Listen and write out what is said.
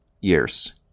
years